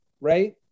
right